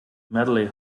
medley